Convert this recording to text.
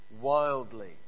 wildly